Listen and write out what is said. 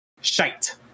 Shite